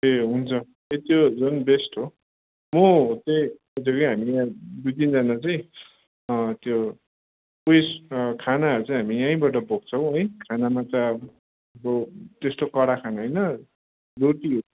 ए हुन्छ त्यो झन् बेस्ट हो म हो त्यहीँ हुन्छ क्या हामी यहाँ दुई तिनजना चाहिँ त्यो उयोस खानाहरू चाहिँ हामी यहीँबाटै बोक्छौँ है खानामा चाहिँ अब त्यस्तो कडा खाना होइन राटीहरू